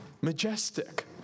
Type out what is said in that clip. majestic